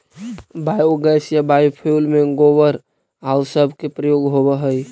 biogas या biofuel में गोबर आउ सब के प्रयोग होवऽ हई